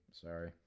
Sorry